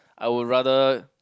I would rather